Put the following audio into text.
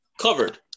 covered